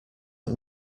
let